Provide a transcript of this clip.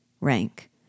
Rank